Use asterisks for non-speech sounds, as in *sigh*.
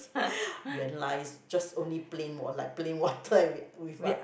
*breath* 原来 is just only plain wa~ like plain water with what